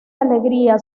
alegría